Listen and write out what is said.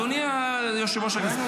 אדוני יושב-ראש הקואליציה.